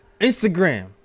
Instagram